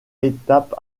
étape